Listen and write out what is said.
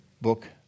book